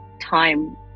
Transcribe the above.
time